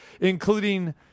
including